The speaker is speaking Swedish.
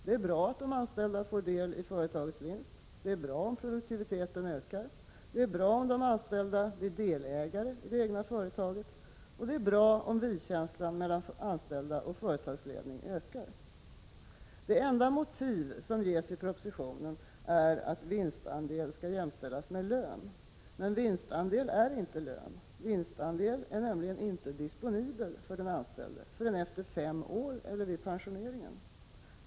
Det är bra att anställda får del i företagets vinst. Det är bra om produktiviteten ökar. Det är bra om de anställda blir delägare i det egna företaget. Det är bra om vi-känslan mellan anställda och företagsledning ökar. Det enda motiv som ges i propositionen är att vinstandel skall jämställas med lön. Men vinstandel är inte lön. Vinstandel är nämligen inte disponibel för den anställde förrän efter fem år eller vid pensioneringen.